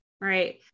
right